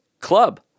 Club